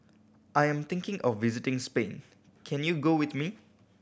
I am thinking of visiting Spain can you go with me